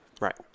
right